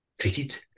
treated